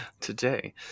Today